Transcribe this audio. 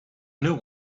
new